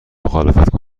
مخالفت